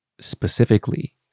specifically